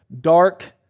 dark